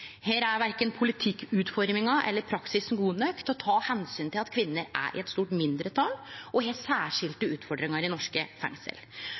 Her er verken politikkutforminga eller praksisen god nok til å ta omsyn til at kvinner er i eit stort mindretal og har særskilde utfordringar i norske fengsel.